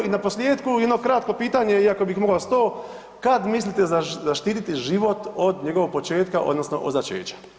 I na posljetku jedno kratko pitanje iako bi ih imao 100, kad mislite zaštititi život od njegovog početka odnosno od začeća?